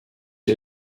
ihr